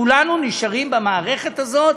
כולנו נשארים במערכת הזאת